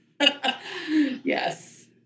Yes